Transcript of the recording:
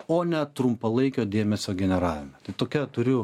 o ne trumpalaikio dėmesio generavimo tai tokią turiu